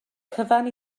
cyfan